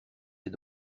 est